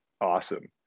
Awesome